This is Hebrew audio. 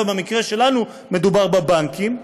ובמקרה שלנו מדובר בבנקים,